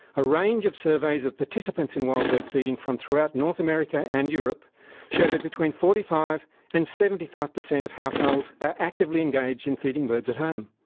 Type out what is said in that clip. a range of surveys of participants in wild bird feeding from throughout north america and europe show that between forty five and seventy five percent of households are actively engaged in feeding birds at home.